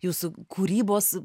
jūsų kūrybos